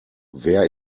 wer